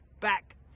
Back